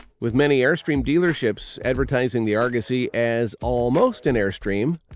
with many airstream dealerships advertising the argosy as almost an airstream,